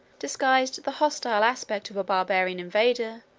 disguised the hostile aspect of a barbarian invader,